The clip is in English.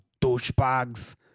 douchebags